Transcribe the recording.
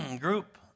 group